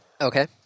Okay